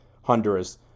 Honduras